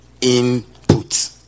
input